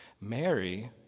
Mary